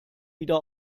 wieder